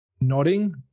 nodding